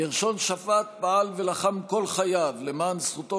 גרשון שפט פעל ולחם כל חייו למען זכותו